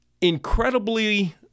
incredibly